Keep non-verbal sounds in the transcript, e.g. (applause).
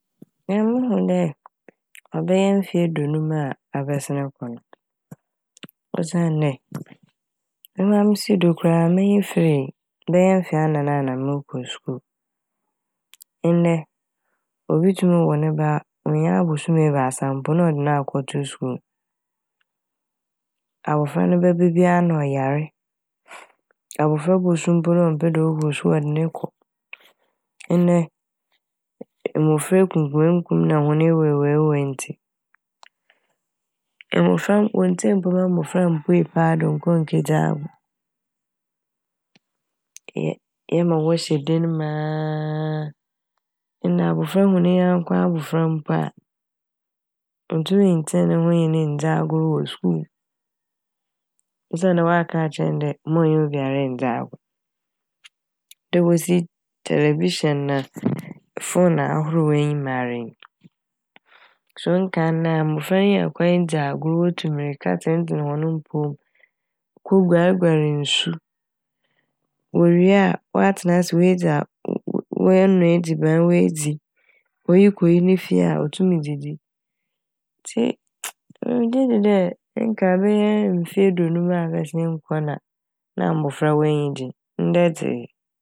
Emi mohu dɛ ɔbɛyɛ mfe eduonum a abɛsen kɔ no osiandɛ emi mara misii do koraa a m'enyi firii bɛyɛ mfe anan ana merekɔ skuul. Ndɛ obi tum wo ne ba onnya abosoom ebiasa mpo na ɔde no akɔto skuul, abofra no bɛba biara nna ɔyare. (hesitation) Abofra bosu mpo na ɔmmpɛ dɛ ɔkɔ skuul a wɔde ne kɔ. Ndɛ mofra ekumekumkum na hɔn ne ewuewuwu ntsi mbofra wonntsie mpo ma mbofra mmpuei paado (noise) nnkɔ nnkedzi agor. E- ema wɔhyɛ dan mu aa, ndɛ abofra hu ne nyɛnko abofra mpo a onntum nntsen ne ho nnye ne nndzi agor wɔ skuul osiandɛ wɔaka akyerɛ ne dɛ ma ɔnnye obiara nndzi agor. Dɛ wosi tɛlɛbihyɛn na (noise) fone ahorow enyim ara nyi. So nkaano a mbofra yi nya kwan dzi agor wotu mirika tsentsen hɔn mpɔw mu, koguarguar nsu, wowie a wɔatsena ase woedzi ago- wɔanoa edziban woedzi (noise) oyi kɔ oyi ne fie a otum dzidzi ntsi (hesitation) emi megye dzi dɛ nkaano bɛyɛ mfe eduonum abɛsen kɔ na na mbofra hɔn enyi gye ndɛ dze.